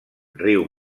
riu